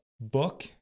book